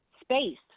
space